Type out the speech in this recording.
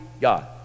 God